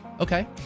Okay